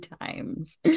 times